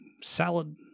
salad